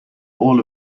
all